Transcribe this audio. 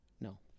no